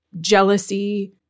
jealousy